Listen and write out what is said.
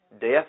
death